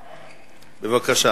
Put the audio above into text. בבקשה.